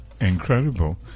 incredible